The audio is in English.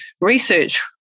research